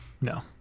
No